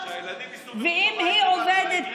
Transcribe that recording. ואם היא עובדת,